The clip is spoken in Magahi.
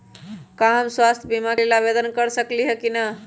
का हम स्वास्थ्य बीमा के लेल आवेदन कर सकली ह की न?